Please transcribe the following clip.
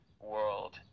world